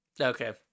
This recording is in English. Okay